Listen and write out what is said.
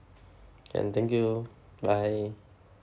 can thank you bye